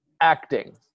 acting